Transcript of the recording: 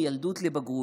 אחריות, מילדות לבגרות: